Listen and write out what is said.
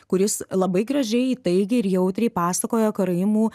kuris labai gražiai įtaigiai ir jautriai pasakoja karaimų